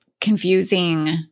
confusing